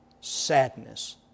sadness